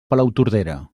palautordera